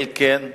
אלקין ואורלב,